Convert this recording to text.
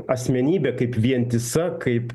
asmenybė kaip vientisa kaip